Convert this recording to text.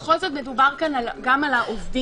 בכל זאת מדובר פה גם על העובדים.